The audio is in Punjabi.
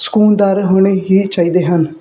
ਸਕੂਨਦਾਰ ਹੋਣੇ ਹੀ ਚਾਹੀਦੇ ਹਨ